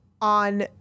on